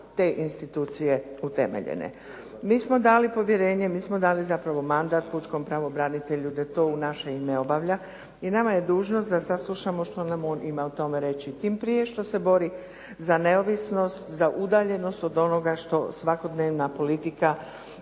te institucije utemeljene. Mi smo dali povjerenje, mi smo dali zapravo mandat pučkom pravobranitelju da to u naše ime obavlja i nama je dužnost da saslušamo što nam on o tome ima reći, tim prije što se bori za neovisnost, za udaljenost od onoga što svakodnevna politika